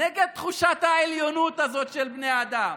נגד תחושת העליונות הזאת של בני האדם,